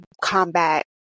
combat